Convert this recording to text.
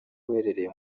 uherereye